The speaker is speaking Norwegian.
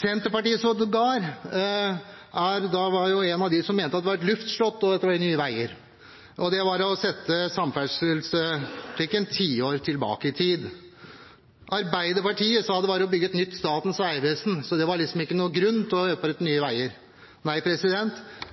Senterpartiet mente sågar at Nye Veier var et luftslott, og at det var å sette samferdselspolitikken tiår tilbake i tid. Arbeiderpartiet sa det var å bygge et nytt Statens vegvesen, så det var liksom ingen grunn til å opprette Nye Veier. Nei, på